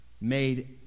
made